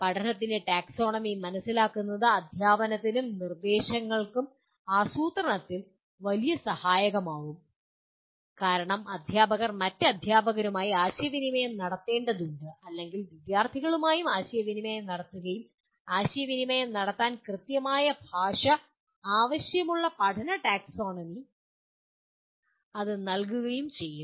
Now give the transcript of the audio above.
പഠനത്തിന്റെ ടാക്സോണമി മനസിലാക്കുന്നത് അധ്യാപനത്തിനും നിർദേശങ്ങൾക്കും ആസൂത്രണത്തിൽ വലിയ സഹായമായിരിക്കും കാരണം അധ്യാപകർ മറ്റ് അധ്യാപകരുമായി ആശയവിനിമയം നടത്തേണ്ടതുണ്ട് അല്ലെങ്കിൽ വിദ്യാർത്ഥികളുമായി ആശയവിനിമയം നടത്തുകയും ആശയവിനിമയം നടത്താൻ കൃത്യമായ ഭാഷ ആവശ്യമുള്ള പഠന ടാക്സോണമി അത് നൽകുകയും ചെയ്യും